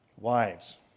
Wives